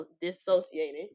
dissociated